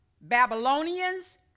Babylonians